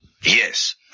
Yes